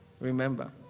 remember